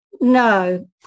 No